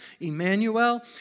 Emmanuel